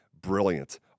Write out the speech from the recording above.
brilliant